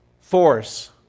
force